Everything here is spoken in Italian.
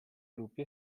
gruppi